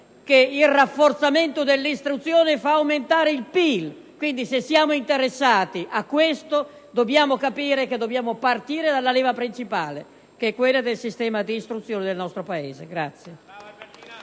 il rafforzamento dell'istruzione fa aumentare il PIL. Quindi, se siamo interessati a tale risultato dobbiamo capire che occorre partire dalla leva principale, quella del sistema di istruzione del nostro Paese.